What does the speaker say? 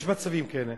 יש מצבים כאלה